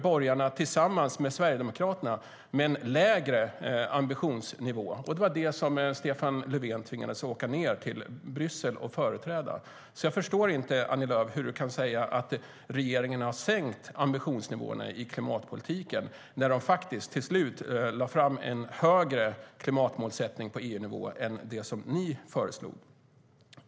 Borgarna tillsammans med Sverigedemokraterna fick igenom en lägre ambitionsnivå, och det var den som Stefan Löfven tvingades åka ned till Bryssel och framföra. Jag förstår därför inte hur Annie Lööf kan säga att regeringen har sänkt ambitionsnivåerna i klimatpolitiken när de till slut faktiskt lade fram en högre klimatmålsättning på EU-nivå än det som Alliansen och Sverigedemokraterna föreslog.